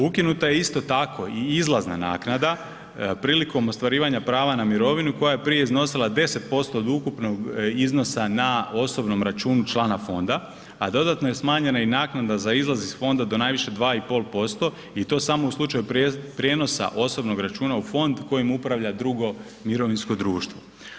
Ukinuta je isto tako i izlazna naknada prilikom ostvarivanja prava na mirovinu koja je prije iznosila 10% od ukupnog iznosa na osobnom računu člana fonda, a dodatno je smanjena i naknada za izlaz iz fonda do najviše 2,5% i to samo u slučaju prijenosa osobnog računa u fond kojim upravlja drugo mirovinsko društvo.